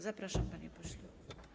Zapraszam, panie pośle.